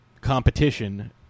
competition